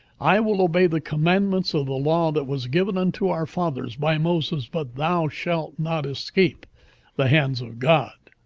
i will obey the commandments of the law that was given unto our fathers by moses but thou shalt not escape the hands of god.